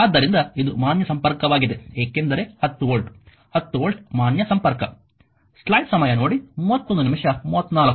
ಆದ್ದರಿಂದ ಇದು ಮಾನ್ಯ ಸಂಪರ್ಕವಾಗಿದೆ ಏಕೆಂದರೆ 10 ವೋಲ್ಟ್ 10 ವೋಲ್ಟ್ ಮಾನ್ಯ ಸಂಪರ್ಕ